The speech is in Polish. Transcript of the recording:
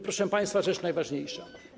Proszę państwa, rzecz najważniejsza.